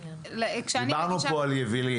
כשאני מגישה --- דיברנו פה על יבילים,